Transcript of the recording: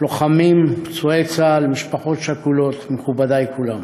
לוחמים, פצועי צה"ל, משפחות שכולות, מכובדי כולם,